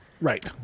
Right